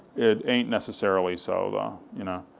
it ain't necessarily so, though, you know.